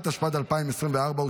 התשפ"ד 2024,